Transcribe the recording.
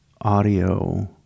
Audio